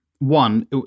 One